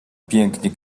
pięknie